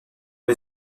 les